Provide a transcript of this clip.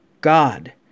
God